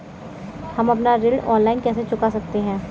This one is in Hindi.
हम अपना ऋण ऑनलाइन कैसे चुका सकते हैं?